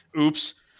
Oops